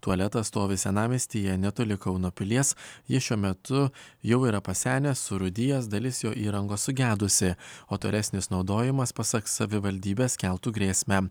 tualetas stovi senamiestyje netoli kauno pilies jis šiuo metu jau yra pasenęs surūdijęs dalis jo įrangos sugedusi o tolesnis naudojimas pasak savivaldybės keltų grėsmę